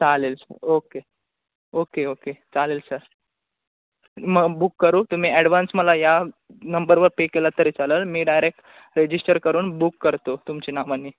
चालेल sir okay okay okay चालेल sir मग बुक करू तुम्ही ॲडव्हान्स मला या नंबरवर पे केला तरी चालेल मी डायरेक्ट रेजिस्टर करून बुक करतो तुमची नावाने